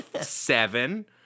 seven